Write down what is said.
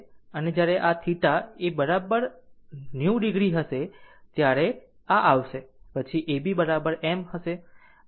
એ જ રીતે જ્યારે આ θ એ બરાબર 90 o હોય ત્યારે આ આવશે પછી એ A B બરાબર m છે